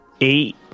eight